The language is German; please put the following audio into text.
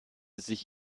sich